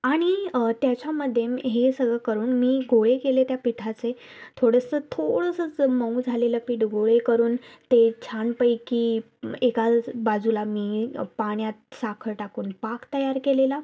आणि त्याच्यामध्ये मी हे सगळं करून मी गोळे केले त्या पिठाचे थोडंसं थोडंसं जं मऊ झालेलं पीठ गोळे करून ते छानपैकी एकाच बाजूला मी पाण्यात साखर टाकून पाक तयार केलेला